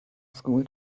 school